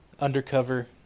undercover